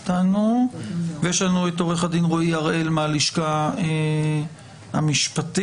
עורך הדין רועי הראל מהלשכה המשפטית.